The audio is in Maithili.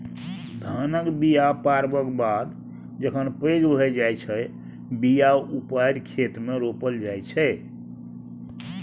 धानक बीया पारबक बाद जखन पैघ भए जाइ छै बीया उपारि खेतमे रोपल जाइ छै